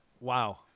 Wow